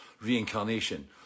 reincarnation